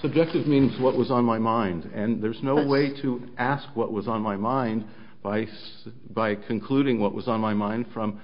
subjective means what was on my mind and there's no way to ask what was on my mind vice by concluding what was on my mind from